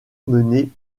menée